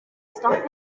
stopio